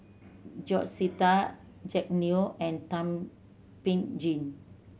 George Sita Jack Neo and Thum Ping Tjin